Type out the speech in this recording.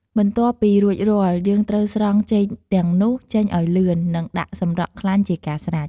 បន្ទាប់ពីរួចរាល់់ យើងត្រូវស្រង់ចេកទាំងនោះចេញឲ្យលឿន និង ដាក់សម្រក់ខ្លាញ់ជាការស្រេច។